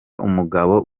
umugabo